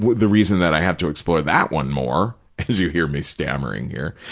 the reason that i have to explore that one more, as you hear me stammering here,